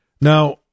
Now